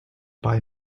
buy